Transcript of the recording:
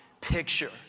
picture